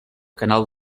canal